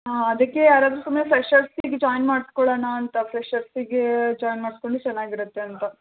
ಹಾಂ ಅದಕ್ಕೆ ಯಾರಾದರು ಸುಮ್ಮನೆ ಫ್ರೆಷರ್ಸಿಗೆ ಜಾಯ್ನ್ ಮಾಡಿಸ್ಕೊಳಣ ಅಂತ ಫ್ರೆಷರ್ಸಿಗೆ ಜಾಯ್ನ್ ಮಾಡಿಸ್ಕೊಂಡ್ರೆ ಚೆನ್ನಾಗಿರುತ್ತೆ ಅಂತ